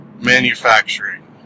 Manufacturing